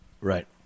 Right